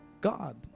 God